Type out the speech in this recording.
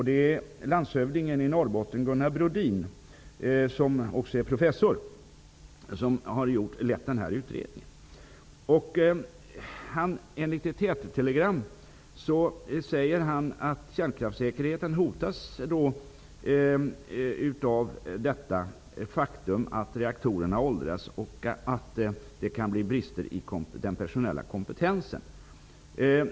Det är landshövdingen i Norrbotten, Gunnar Brodin, som också är professor, som har lett utredningen. Enligt ett TT telegram säger han att kärnkraftssäkerheten hotas av detta faktum att reaktorerna åldras och att det kan bli brister i den personella kompetensen.